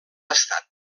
estat